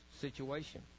situation